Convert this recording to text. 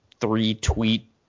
three-tweet